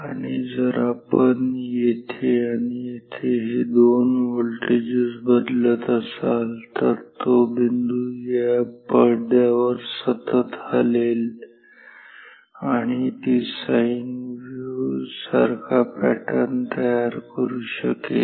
आणि जर आपण येथे आणि येथे हे दोन व्होल्टेजेस बदलत असाल तर तो बिंदु या पडद्यावर सतत हलेल आणि ती साइन वेव्ह सारख्या पॅटर्न तयार करू शकेल